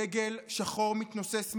דגל שחור מתנוסס מעליה.